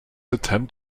attempt